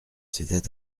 c’était